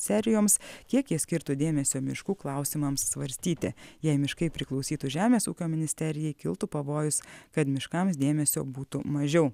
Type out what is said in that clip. serijoms kiek jie skirtų dėmesio miškų klausimams svarstyti jei miškai priklausytų žemės ūkio ministerijai kiltų pavojus kad miškams dėmesio būtų mažiau